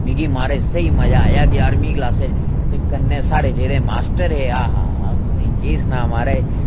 मिगी महाराज स्हेई मजा आएआ ञाह्रमीं दी क्लासा च ते कन्नै साढ़े जेह्ड़े मास्टर रेहा हा तुसें गी केह् सनां महाराज